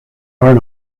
are